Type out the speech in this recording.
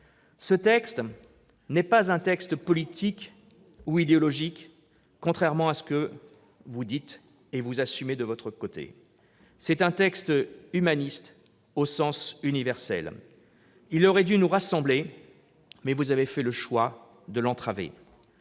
Ce texte n'est pas un texte politique ou idéologique, contrairement à ce que vous dites. C'est un texte humaniste, au sens universel. Il aurait dû nous rassembler, mais vous avez fait le choix de l'entraver.